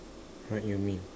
what you mean